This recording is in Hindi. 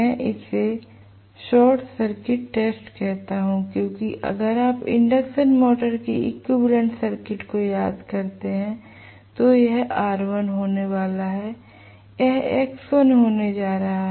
मैं इसे शॉर्ट सर्किट टेस्ट कहता हूं क्योंकि अगर आप इंडक्शन मोटर के इक्विवेलेंट सर्किट को याद करते हैं तो यह R1 होने वाला हैयह X1 होने जा रहा है